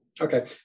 Okay